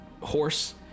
horse